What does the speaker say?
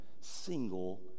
single